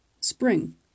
Spring